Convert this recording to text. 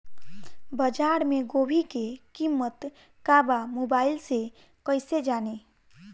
बाजार में गोभी के कीमत का बा मोबाइल से कइसे जानी?